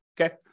okay